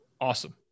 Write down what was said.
Awesome